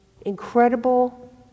incredible